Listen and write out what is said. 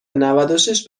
نودوشش